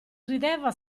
rideva